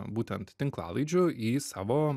būtent tinklalaidžių į savo